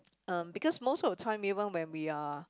um because most of the time even when we are